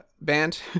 band